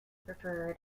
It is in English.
preferred